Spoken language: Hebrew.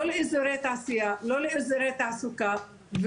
לא לאיזורי תעשייה ולא לאיזורי תעסוקה.